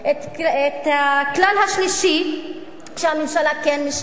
את הכלל השלישי שהממשלה כן משנה,